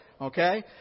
Okay